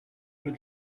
rue